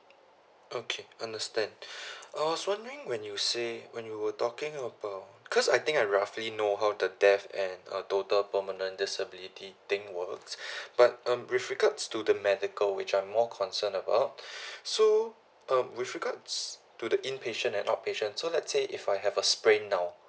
okay understand I was wondering when you say when you were talking about because I think I roughly know how the death and uh total permanent disability thing works but um with regards to the medical which I'm more concerned about so um with regards to the inpatient and outpatient so let's say if I have a sprain now